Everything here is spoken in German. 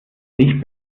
nicht